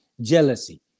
Jealousy